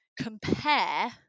compare